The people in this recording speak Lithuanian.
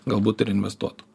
galbūt ir investuotų